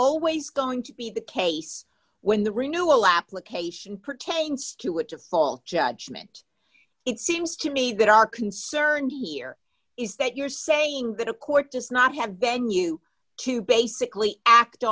always going to be the case when the renewal application pertains to what default judgment it seems to me that are concerned here is that you're saying that a court does not have venue to basically act